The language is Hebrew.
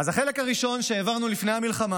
אז החלק הראשון שהעברנו לפני המלחמה